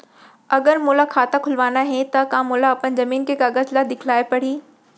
अगर मोला खाता खुलवाना हे त का मोला अपन जमीन के कागज ला दिखएल पढही?